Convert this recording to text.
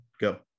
go